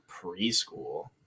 preschool